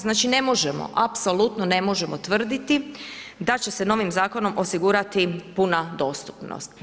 Znači ne možemo, apsolutno ne možemo tvrditi, da će se novim zakonom osigurati puna dostupnost.